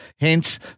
Hence